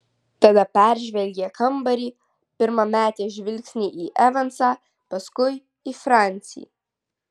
tada peržvelgė kambarį pirma metė žvilgsnį į evansą paskui į francį